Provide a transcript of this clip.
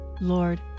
Lord